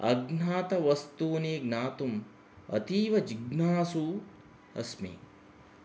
अज्ञातवस्तूनि ज्ञातुम् अतीव जिज्ञासु अस्मि